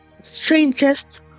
strangest